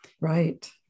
Right